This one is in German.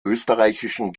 österreichischen